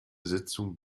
sitzung